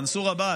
מנסור עבאס.